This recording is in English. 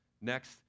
Next